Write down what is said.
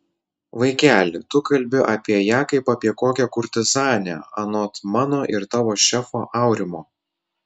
vaikeli tu kalbi apie ją kaip apie kokią kurtizanę anot mano ir tavo šefo aurimo